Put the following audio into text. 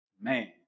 Man